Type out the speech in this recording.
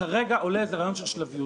כרגע עולה איזה רעיון של שלביות.